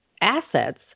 assets